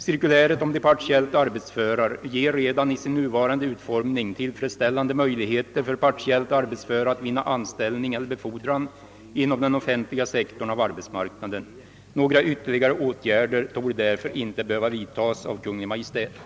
Cirkuläret om de partiellt arbetsföra ger redan i sin nuvarande utformning tillfredsställande möjligheter för partiellt arbetsföra att vinna anställning eller befordran inom den offentliga sektorn av arbetsmarknaden. Några ytterligare åtgärder torde därför inte behöva vidtas av Kungl. Maj:t.